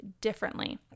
differently